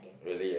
really ah